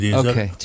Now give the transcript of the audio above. okay